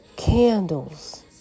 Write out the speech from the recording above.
candles